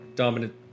Dominant